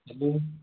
hello